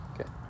Okay